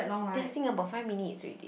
testing about five minutes already